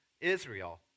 Israel